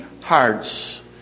hearts